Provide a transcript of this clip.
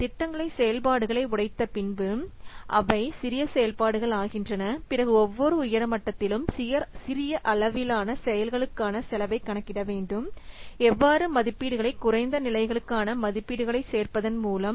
திட்டங்களை செயல்பாடுகளை உடைத்த பின்பு அவை சிறிய செயல்பாடுகள் ஆகின்றன பிறகு ஒவ்வொரு உயர்மட்டத்திலும் சிறிய அளவிலான செயல்களுக்கான செலவை கணக்கிட வேண்டும் எவ்வாறு மதிப்பீடுகளை குறைந்த நிலைகளுக்கான மதிப்பீடுகளைச் சேர்ப்பதன் மூலம்